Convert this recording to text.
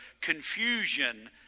confusion